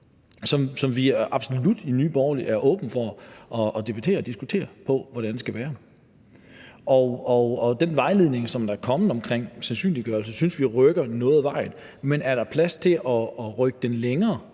som vi absolut i Nye Borgerlige er åbne over for at debattere og diskutere hvordan skal være. Den vejledning, der er kommet vedrørende sandsynliggørelse, synes vi rykker noget af vejen, men er der plads til at rykke den længere,